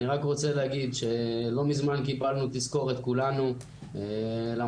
אני רק רוצה להגיד שלא מזמן קיבלנו תזכורת כולנו למצב.